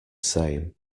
same